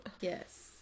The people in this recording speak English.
Yes